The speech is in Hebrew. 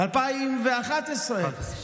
ב-2011.